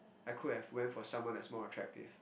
I could have went for someone that's more attractive